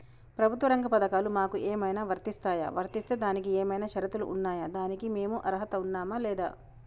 ప్రభుత్వ రంగ పథకాలు మాకు ఏమైనా వర్తిస్తాయా? వర్తిస్తే దానికి ఏమైనా షరతులు ఉన్నాయా? దానికి మేము అర్హత ఉన్నామా లేదా?